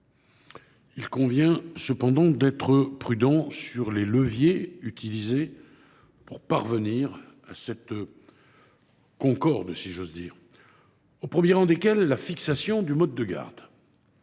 il convient cependant d’être prudent quant aux leviers employés pour parvenir à cette concorde, au premier rang desquels la fixation du mode de garde.